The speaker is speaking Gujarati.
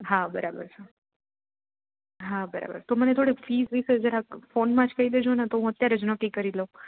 હા બરાબર છે હા બરાબર તો મને થોડુંક ફીસ વિશે જરાક ફોનમાં જ કઈ દેજોને તો હું અત્યારે જ નક્કી કરી લઉં